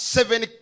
Seven